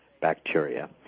bacteria